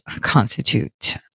constitute